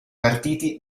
partiti